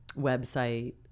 website